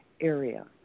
area